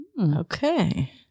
Okay